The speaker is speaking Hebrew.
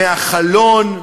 מהחלון,